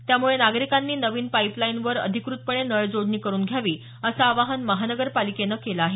त्यामुळे नागरिकांनी नवीन पाईपलाईनवर अधिकृतपणे नळ जोडणी करून घ्यावी असं आवाहन महापालिकेनं केलं आहे